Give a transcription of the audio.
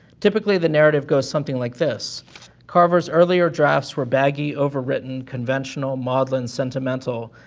typically the narrative goes something like this carver's earlier drafts were baggy, overwritten, conventional, maudlin, sentimental,